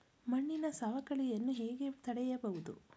ಮಣ್ಣಿನ ಸವಕಳಿಯನ್ನು ಹೇಗೆ ತಡೆಯಬಹುದು?